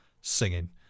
singing